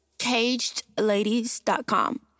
CagedLadies.com